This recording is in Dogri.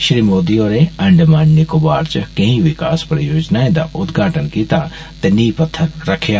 श्री मोदी होरें अंडमान निकोवार दा केई विकास परियोजनाएं दा उदघाटन कीता ते नींह पत्थर रक्खेआ